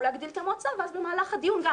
להגדיל את המועצה ואז במהלך הדיון גם,